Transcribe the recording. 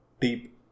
deep